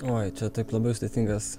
oi čia taip labai sudėtingas